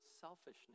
selfishness